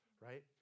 right